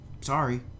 sorry